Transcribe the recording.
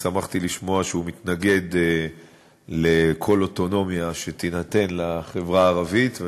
שמחתי לשמוע שהוא מתנגד לכל אוטונומיה שתינתן לחברה הערבית.